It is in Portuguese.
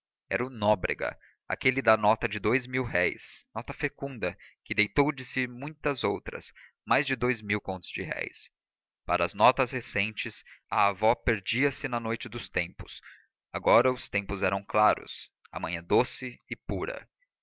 era o nóbrega aquele da nota de dous mil-réis nota fecunda que deitou de si muitas outras mais de dous mil contos de réis para as notas recentes a avó perdia-se na noite dos tempos agora os tempos eram claros a manhã doce e pura